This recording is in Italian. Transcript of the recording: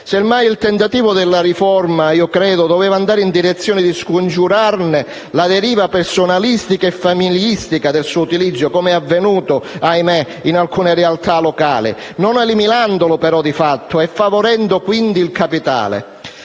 Semmai il tentativo della riforma - io credo - doveva andare in direzione di scongiurarne la deriva personalistica e familistica del suo utilizzo - come avvenuto, ahimè, in alcune realtà locali - non eliminandolo però di fatto e favorendo, quindi, il capitale.